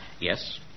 Yes